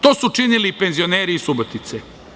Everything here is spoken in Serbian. To su činili i penzioneri iz Subotice.